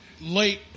late